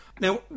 now